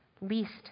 least